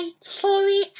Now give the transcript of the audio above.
sorry